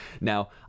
Now